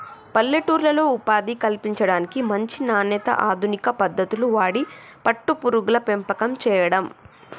పల్లెటూర్లలో ఉపాధి కల్పించడానికి, మంచి నాణ్యత, అధునిక పద్దతులు వాడి పట్టు పురుగుల పెంపకం చేయడం